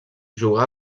jugà